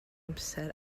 amser